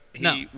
No